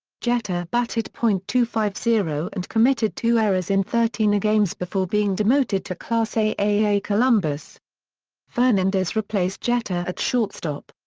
jeter batted point two five zero and committed two errors in thirteen games before being demoted to class aaa columbus fernandez replaced jeter at shortstop.